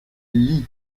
lit